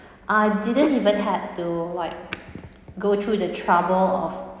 I didn't even had to like go through the trouble of